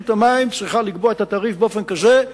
רשות המים צריכה לקבוע את התעריף באופן כזה,